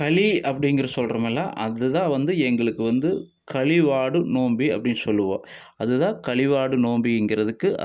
களி அப்படிங்குறது சொல்றமுடில அதுதான் வந்து எங்களுக்கு வந்து களிவாடு நோம்பு அப்படி சொல்லுவோம் அதுதான் களிவாடு நோம்பு என்கிறதுக்கு